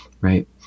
right